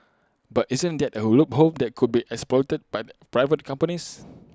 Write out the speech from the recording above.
but isn't that A loophole that could be exploited by the private companies